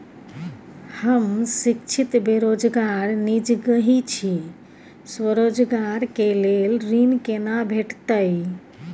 हम शिक्षित बेरोजगार निजगही छी, स्वरोजगार के लेल ऋण केना भेटतै?